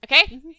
Okay